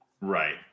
Right